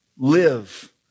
Live